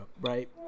right